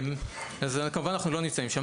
אז כמובן שאנחנו לא נמצאים שם.